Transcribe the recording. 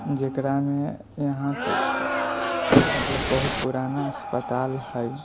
जकरामे यहाँसे मतलब बहुत पुराना अस्पताल हइ